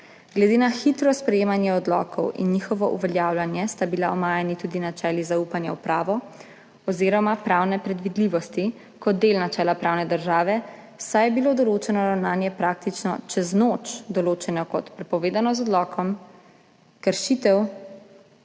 Glede na hitro sprejemanje odlokov in njihovo uveljavljanje sta bili omajani tudi načeli zaupanja v pravo oziroma pravne predvidljivosti kot del načela pravne države, saj je bilo določeno ravnanje praktično čez noč določeno kot prepovedano z odlokom, kršitev